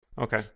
Okay